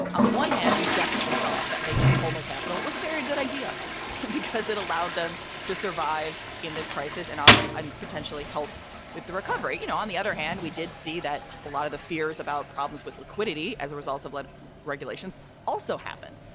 on the one hand, we definitely saw that making them wholemeal capital was a very good idea because it allowed them to survive in this crisis and off and potentially help with the recovery. you know, on the other hand, we did see that a lot of the fears about problems with liquidity as a result of the like regulations also happened.